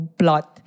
plot